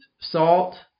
salt